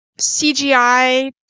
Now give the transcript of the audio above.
CGI